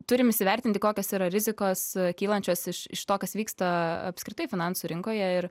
turim įsivertinti kokios yra rizikos kylančios iš iš to kas vyksta apskritai finansų rinkoje ir